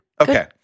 Okay